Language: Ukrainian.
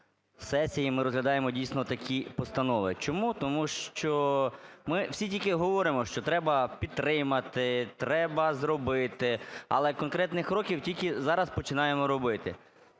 сесії ми розглядаємо дійсно такі постанови. Чому? Тому що ми всі тільки говоримо, що треба підтримати, треба зробити, але конкретні кроки тільки зараз починаємо робити.